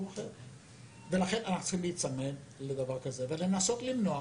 לכן אנחנו צריכים להיצמד לדבר כזה ולנסות למנוע.